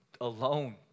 alone